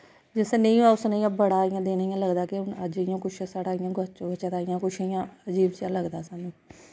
जिस दिन नेईं होऐ उस दिन इ'यां बड़ा इ'यां दिन इ'यां लगदा के हून अज इ'यां कुश साढ़ा इ'यां गोआचा गोआचा दा इ'यां कुश इ'यां अजीब जेहा लगदा साह्नू